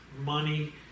money